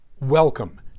Welcome